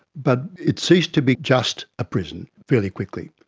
but it ceased to be just a prison fairly quickly,